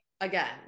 again